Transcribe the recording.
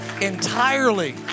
entirely